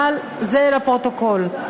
אבל זה לפרוטוקול.